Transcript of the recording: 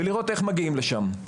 ולראות איך מגיעים לשם.